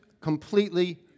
completely